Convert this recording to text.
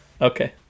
okay